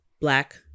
black